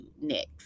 next